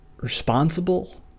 responsible